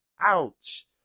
Ouch